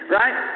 right